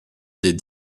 des